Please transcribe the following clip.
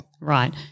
Right